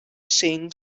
saying